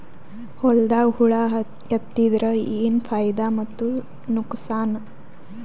ಹೊಲದಾಗ ಹುಳ ಎತ್ತಿದರ ಏನ್ ಫಾಯಿದಾ ಮತ್ತು ನುಕಸಾನ?